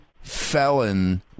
felon